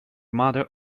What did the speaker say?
mother